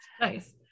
Nice